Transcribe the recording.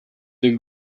del